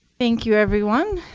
thank you, everyone.